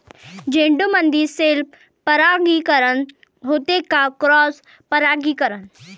झेंडूमंदी सेल्फ परागीकरन होते का क्रॉस परागीकरन?